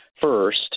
first